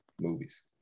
movies